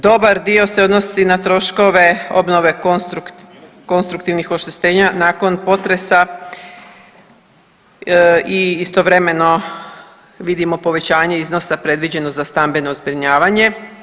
Dobar dio se odnosi na troškove obnove konstruktivnih oštećenja nakon potresa i istovremeno vidimo povećanje iznosa predviđeno za stambeno zbrinjavanje.